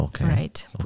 right